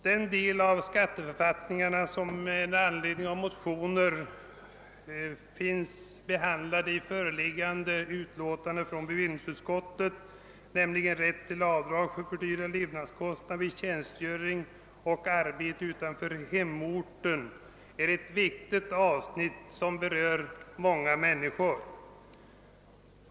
Den del av skatteförfattningarna, som med anledning av motioner behandlas i föreliggande betänkande från bevillningsutskottet, nämligen bestämmelserna om rätt till avdrag för fördyrade levnadskostnader vid tjänstgöring och arbete utanför hemorten, är ett viktigt avsnitt som berör många människor.